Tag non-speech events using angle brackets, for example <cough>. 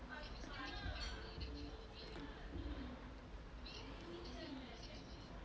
<noise>